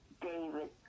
David